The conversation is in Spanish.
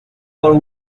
fort